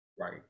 Right